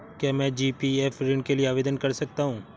क्या मैं जी.पी.एफ ऋण के लिए आवेदन कर सकता हूँ?